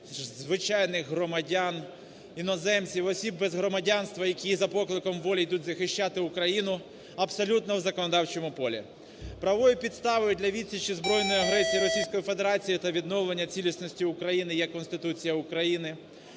звичайних громадян, іноземців, осіб без громадянства, які за покликом волі йдуть захищати Україну абсолютно в законодавчому полі. Правової підстави для відсічі збройної агресії Російською Федерацією та відновлення цілісності України є Конституція України,